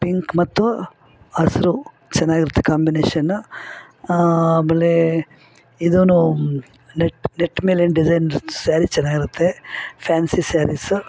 pink ಮತ್ತು ಹಸ್ರು ಚೆನ್ನಾಗಿರುತ್ತೆ ಕಾಂಬಿನೇಶನ್ನು ಆಮೇಲೆ ಇದೂ ನೆಟ್ ನೆಟ್ ಮೇಲೆ ಏನು ಡಿಸೈನ್ ಸ್ಯಾರಿ ಚೆನ್ನಾಗಿರುತ್ತೆ ಫ್ಯಾನ್ಸಿ ಸ್ಯಾರೀಸು